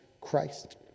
Christ